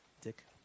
Dick